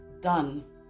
done